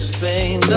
Spain